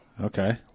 Okay